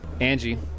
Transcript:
Angie